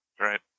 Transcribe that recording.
Right